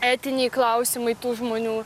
etiniai klausimai tų žmonių